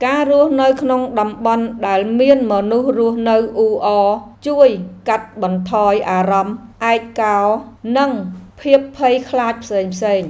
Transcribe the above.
ការរស់នៅក្នុងតំបន់ដែលមានមនុស្សរស់នៅអ៊ូអរ ជួយកាត់បន្ថយអារម្មណ៍ឯកោ និងភាពភ័យខ្លាចផ្សេងៗ។